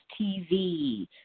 TV